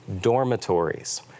dormitories